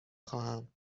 خواهم